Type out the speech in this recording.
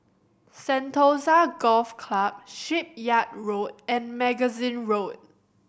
Sentosa Golf Club Shipyard Road and Magazine Road